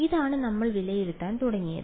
ഇതാണ് നമ്മൾ വിലയിരുത്താൻ തുടങ്ങിയത്